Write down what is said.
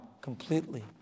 completely